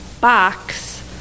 box